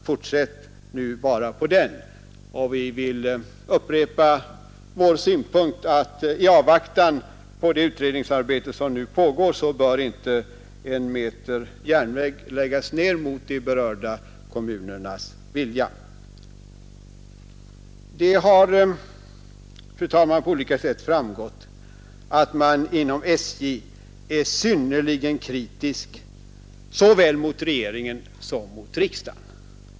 Fortsätt nu bara på den! Vi vill upprepa vår synpunkt att i avvaktan på det utredningsarbete som nu pågår inte en meter järnväg läggs ned mot de berörda kommunernas vilja. Det har, fru talman, på olika sätt framgått att man inom SJ är synnerligen kritisk såväl mot regeringen som mot riksdagen.